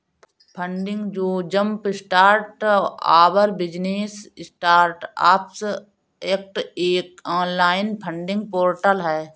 funding जो jumpstart our business startups act एक online funding portal है